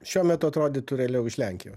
šiuo metu atrodytų realiau iš lenkijos